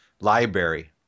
library